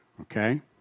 Okay